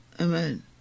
amen